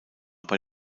bei